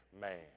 man